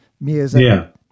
music